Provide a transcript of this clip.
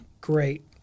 great